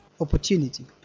opportunity